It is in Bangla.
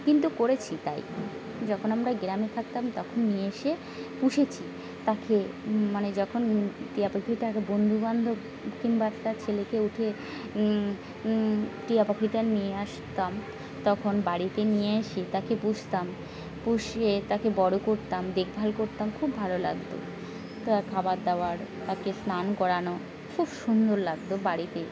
কিন্তু করেছি তাই যখন আমরা গ্রামে থাকতাম তখন নিয়ে এসে পুষেছি তাকে মানে যখন টিয়া পাখিটা এক বন্ধুবান্ধব কিংবা তার ছেলেকে উঠে টিয়া পাখিটা নিয়ে আসতাম তখন বাড়িতে নিয়ে এসে তাকে পুষতাম পুষে তাকে বড়ো করতাম দেখভাল করতাম খুব ভালো লাগতো তা খাবার দাবার তাকে স্নান করানো খুব সুন্দর লাগতো বাড়িতে